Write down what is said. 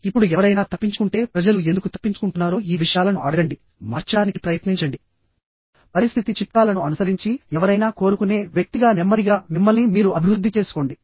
ఇప్పుడు ఎవరైనా తప్పించుకుంటే ప్రజలు ఎందుకు తప్పించుకుంటున్నారో ఈ విషయాలను అడగండి మార్చడానికి ప్రయత్నించండి పరిస్థితి చిట్కాలను అనుసరించి ఎవరైనా కోరుకునే వ్యక్తిగా నెమ్మదిగా మిమ్మల్ని మీరు అభివృద్ధి చేసుకోండి